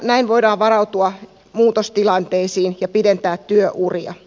näin voidaan varautua muutostilanteisiin ja pidentää työuria